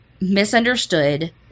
misunderstood